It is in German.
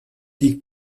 die